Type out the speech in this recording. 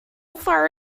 far